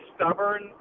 stubborn